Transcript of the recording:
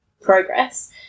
progress